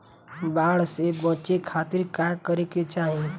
बाढ़ से बचे खातिर का करे के चाहीं?